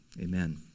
amen